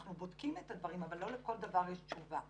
אנחנו בודקים את הדברים, אבל לא לכל דבר יש תשובה.